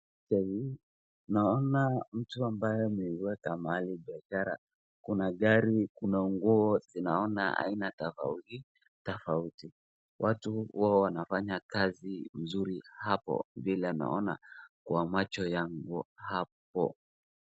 Naona mtu ambaye ameweka mahali biashara. Kuna gari na nguo naona aina tofauti tofauti. Watu huwa wanafanya kazi nzuri hapo vile naona kwa macho yangu hapo.